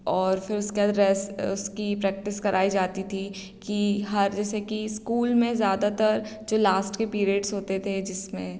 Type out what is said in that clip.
और फ़िर उसके बाद रेस्ट उसकी प्रैक्टिस कराई जाती थी कि हर जैसे कि ईस्कूल में ज़्यादातर जो लास्ट के पीरियड्स होते थे जिसमें